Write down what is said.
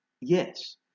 Yes